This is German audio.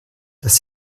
dass